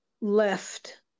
left